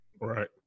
Right